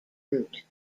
route